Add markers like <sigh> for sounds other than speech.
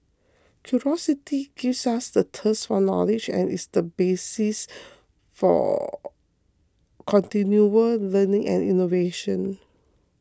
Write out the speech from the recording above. curiosity gives us the thirst for knowledge and is the basis <noise> for continual learning and innovation